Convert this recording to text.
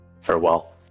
Farewell